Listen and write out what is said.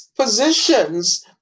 positions